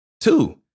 Two